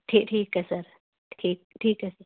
ਠੀ ਠੀਕ ਹੈ ਸਰ ਠੀਕ ਠੀਕ ਹੈ ਸਰ